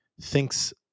thinks